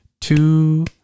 two